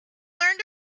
learn